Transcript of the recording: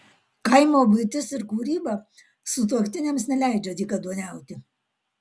kaimo buitis ir kūryba sutuoktiniams neleidžia dykaduoniauti